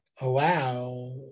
allow